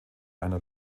einer